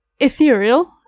Ethereal